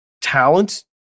Talent